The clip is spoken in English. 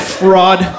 fraud